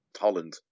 Holland